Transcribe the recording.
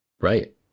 Right